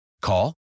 Call